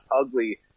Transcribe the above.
ugly